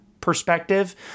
perspective